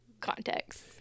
context